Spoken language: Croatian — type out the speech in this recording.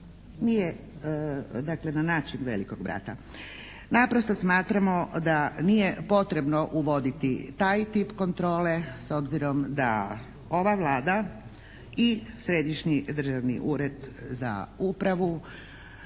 dakle na način velikog brata. Naprosto smatramo da nije potrebno uvoditi taj tip kontrole s obzirom da ova Vlada i Središnji državni ured za upravu